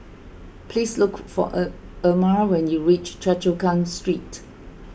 please look for Er Erma when you reach Choa Chu Kang Street